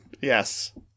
yes